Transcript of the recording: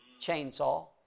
Chainsaw